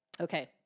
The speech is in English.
Okay